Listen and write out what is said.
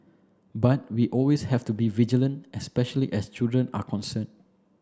but we always have to be vigilant especially as children are concerned